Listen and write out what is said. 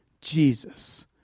Jesus